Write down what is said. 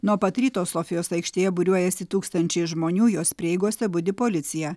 nuo pat ryto sofijos aikštėje būriuojasi tūkstančiai žmonių jos prieigose budi policija